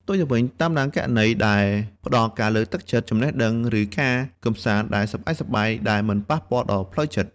ផ្ទុយទៅវិញ តាមដានគណនីដែលផ្តល់ការលើកទឹកចិត្ត ចំណេះដឹង ឬការកម្សាន្តដែលសប្បាយៗដែលមិនប៉ះពាល់ដល់ផ្លូវចិត្ត។